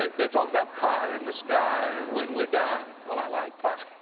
they, they talk about, pie in the sky when we die. well, i like pie.